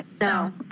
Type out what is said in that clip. no